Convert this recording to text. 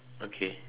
okay